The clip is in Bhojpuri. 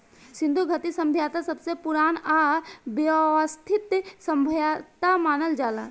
सिन्धु घाटी सभ्यता सबसे पुरान आ वयवस्थित सभ्यता मानल जाला